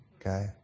Okay